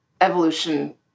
evolution